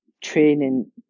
training